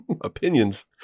opinions